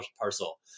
parcel